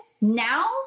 now